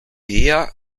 día